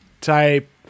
type